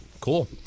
Cool